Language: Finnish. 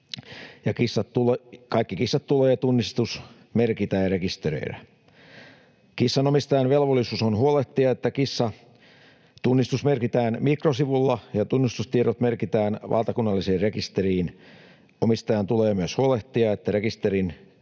kaikki kissat tulee tunnistusmerkitä ja rekisteröidä. Kissanomistajan velvollisuus on huolehtia, että kissa tunnistusmerkitään mikrosirulla ja tunnistustiedot merkitään valtakunnalliseen rekisteriin. Omistajan tulee myös huolehtia, että rekisterin